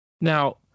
Now